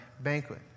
banquet